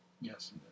Yes